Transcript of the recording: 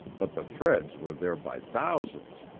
but the threads were there by thousands.